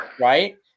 Right